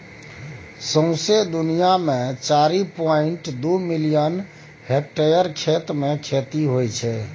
सौंसे दुनियाँ मे चारि पांइट दु मिलियन हेक्टेयर क्षेत्र मे खेती होइ छै